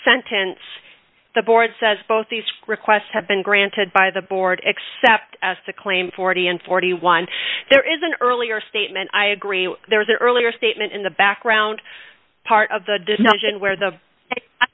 sentence the board says both these requests have been granted by the board except as to claim forty and forty one there is an earlier statement i agree there is an earlier statement in the background part of the